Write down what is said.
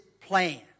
plan